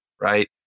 right